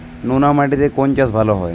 নোনা মাটিতে কোন চাষ ভালো হয়?